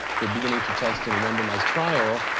we're beginning to test in a randomized trial,